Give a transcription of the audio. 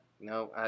No